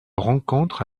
rencontre